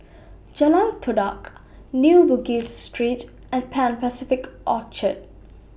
Jalan Todak New Bugis Street and Pan Pacific Orchard